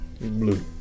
Blue